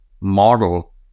model